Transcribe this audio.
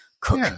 cook